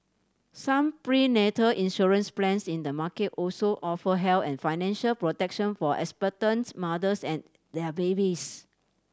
some prenatal insurance plans in the market also offer health and financial protection for expectant mothers and their babies